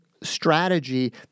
strategy